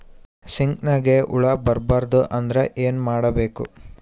ಸೀತ್ನಿಗೆ ಹುಳ ಬರ್ಬಾರ್ದು ಅಂದ್ರ ಏನ್ ಮಾಡಬೇಕು?